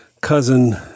cousin